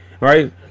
right